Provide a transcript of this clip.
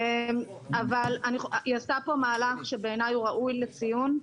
אבל היא עשתה פה מהלך שבעיניי הוא ראוי לציון,